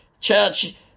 church